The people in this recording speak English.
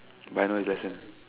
but I know his lesson